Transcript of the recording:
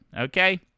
Okay